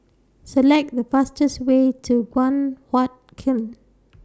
Select The fastest Way to Guan Huat Kiln